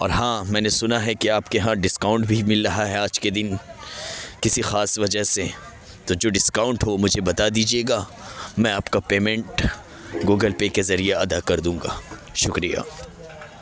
اور ہاں میں نے سنا ہے کہ آپ کے یہاں ڈسکاؤنٹ بھی مل رہا ہے آج کے دن کسی خاص وجہ سے تو جو ڈسکاؤنٹ ہو مجھے بتا دیجیے گا میں آپ کا پیمنٹ گوگل پے کے ذریعہ ادا کر دوں گا شکریہ